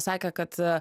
sakė kad